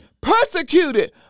Persecuted